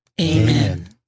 Amen